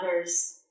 others